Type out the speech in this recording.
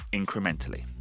incrementally